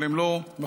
אבל הם לא מחוברים,